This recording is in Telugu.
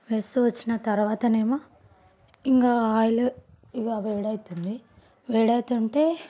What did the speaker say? వేస్తు వచ్చిన తర్వాత ఏమో ఇంక ఆయిల్ ఇక వేడవుతుంది వేడవుతుంటే